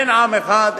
אין עם אחד,